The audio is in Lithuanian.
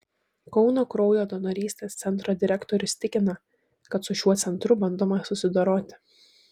kauno kraujo donorystės centro direktorius tikina kad su šiuo centru bandoma susidoroti